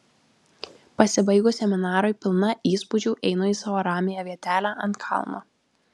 pasibaigus seminarui pilna įspūdžių einu į savo ramiąją vietelę ant kalno